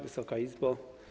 Wysoka Izbo!